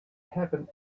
happen